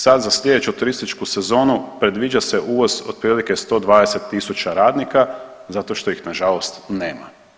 Sad za sljedeću turističku sezonu predviđa se uvoz otprilike 120.000 radnika zato što ih nažalost nema.